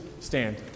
Stand